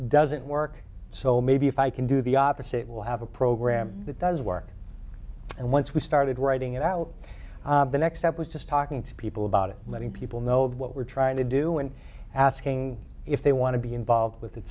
doesn't work so maybe if i can do the opposite we'll have a program that does work and once we started writing it out the next step was just talking to people about it letting people know what we're trying to do and asking if they want to be involved with it